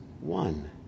one